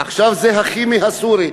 עכשיו זה הכימי הסורי.